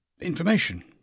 information